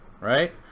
Right